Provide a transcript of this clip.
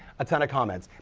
a ton of comments.